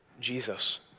Jesus